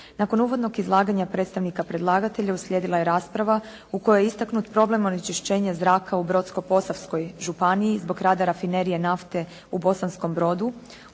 Nakon uvodnog izlaganja predstavnika predlagatelja uslijedila je rasprava u kojoj je istaknut problem onečišćenja zraka u Brodsko-posavskoj županiji zbog rada rafinerije nafte u Bosanskom Brodu,